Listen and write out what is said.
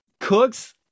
Cooks